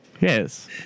yes